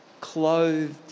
clothed